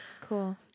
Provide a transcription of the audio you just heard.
Cool